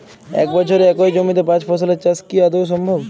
এক বছরে একই জমিতে পাঁচ ফসলের চাষ কি আদৌ সম্ভব?